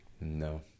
No